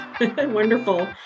Wonderful